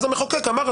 אז המחוקק אמר,